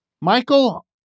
Michael